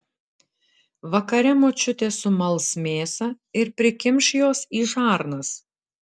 vakare močiutė sumals mėsą ir prikimš jos į žarnas